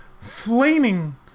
flaming